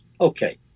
Okay